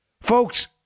Folks